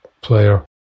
player